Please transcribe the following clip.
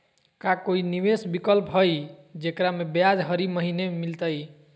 का कोई निवेस विकल्प हई, जेकरा में ब्याज हरी महीने मिलतई?